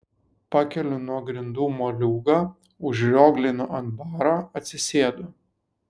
pakeliu nuo grindų moliūgą užrioglinu ant baro atsisėdu